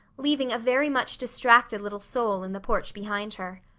leaving a very much distracted little soul in the porch behind her.